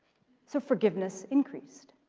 so forgiveness increased.